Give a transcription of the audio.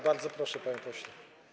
Bardzo proszę, panie pośle.